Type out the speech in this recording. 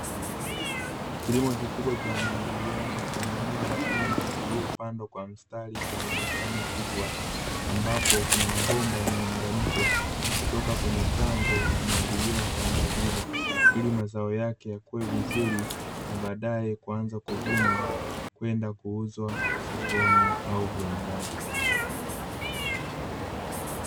Kilimo kikubwa cha umwagiliaji cha mimea mingi iliyopandwa kwa mstari kwenye bustani kubwa, ambapo kuna mabomba yameunganishwa kutoka kwenye chanzo kumwagilia shamba hilo. Ili mazao yake yakue vizuri na baadaye kuanza kuvunwa kwenda kuuzwa sokoni au viwandani.